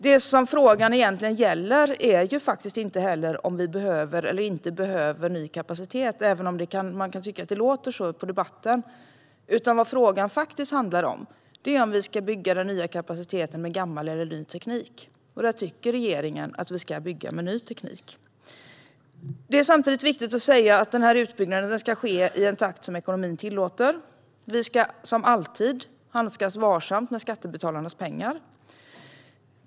Det som frågan egentligen gäller är inte om vi behöver eller inte behöver ny kapacitet, även om man kan tycka att det låter så i debatten. Vad frågan faktiskt handlar om är om vi ska bygga den nya kapaciteten med gammal eller ny teknik. Där tycker regeringen att vi ska bygga med ny teknik. Samtidigt är det viktigt att säga att utbyggnaden ska ske i en takt som ekonomin tillåter. Vi ska som alltid handskas varsamt med skattebetalarnas pengar.